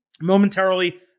momentarily